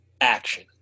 action